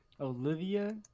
Olivia